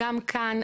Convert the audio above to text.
גם כאן,